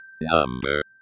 Number